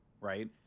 right